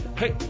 hey